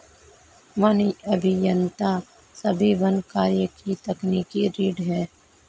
one अभियंता सभी वन कार्यों की तकनीकी रीढ़ हैं